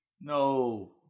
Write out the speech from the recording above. No